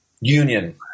union